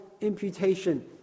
imputation